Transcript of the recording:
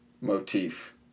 motif